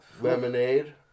lemonade